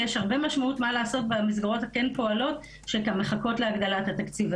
יש הרבה משמעות מה לעשות במסגרות שכן פועלות ומחכות להגדלת התקציב,